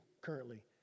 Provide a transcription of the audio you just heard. currently